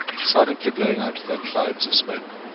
silently blowing out their clouds of smoke.